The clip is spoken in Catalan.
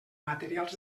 materials